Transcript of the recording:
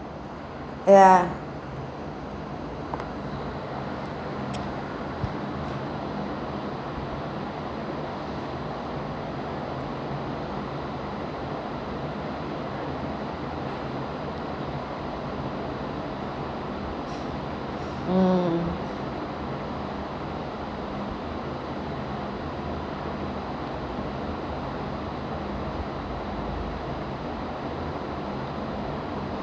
ya mm